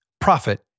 profit